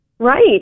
Right